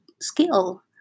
skill